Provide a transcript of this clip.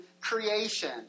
creation